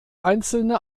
einzelne